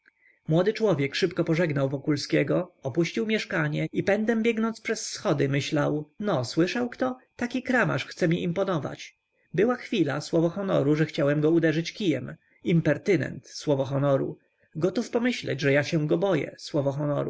młody człowiek szybko pożegnał wokulskiego opuścił mieszkanie i pędem biegnąc przez schody myślał no słyszał kto taki kramarz chce mi imponować była chwila słowo honoru że chciałem go uderzyć kijem impertynent słowo honoru gotów pomyśleć że ja się go boję słowo